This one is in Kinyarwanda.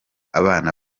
abana